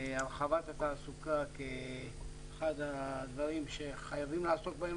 הרחבת התעסוקה היא אחד הדברים שחייבים לעסוק בהם